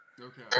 Okay